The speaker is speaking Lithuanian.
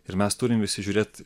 ir mes turim visi žiūrėt